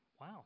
Wow